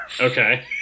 Okay